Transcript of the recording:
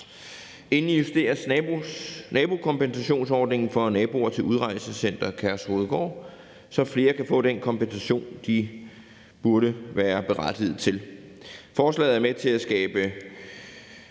Endelig justeres nabokompensationsordningen for naboer til Udrejsecenter Kærshovedgård, så flere kan få den kompensation, de burde være berettiget til. Forslaget er med til at skabe